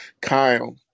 Kyle